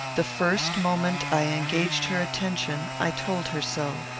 the first moment i engaged her attention, i told her so.